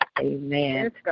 Amen